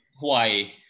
hawaii